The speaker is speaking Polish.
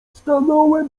stanąłem